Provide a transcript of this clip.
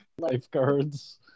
lifeguards